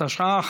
התשע"ח